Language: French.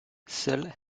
seule